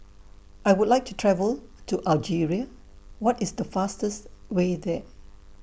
I Would like to travel to Algeria What IS The fastest Way There